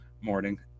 morning